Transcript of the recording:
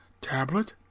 tablet